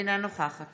אינה נוכחת